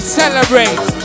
celebrate